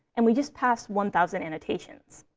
and we just passed one thousand annotations.